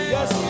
Yes